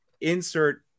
insert –